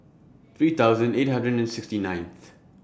three thousand eight hundred and sixty ninth